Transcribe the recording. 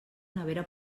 nevera